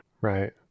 Right